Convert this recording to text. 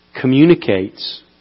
communicates